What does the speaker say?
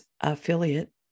affiliate